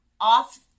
off